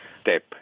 step